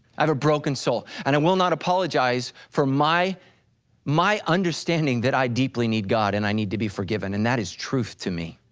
i have a broken soul and i and will not apologize for my my understanding that i deeply need god and i need to be forgiven and that is truth to me.